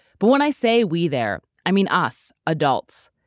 but when i say, we, there, i mean us adults.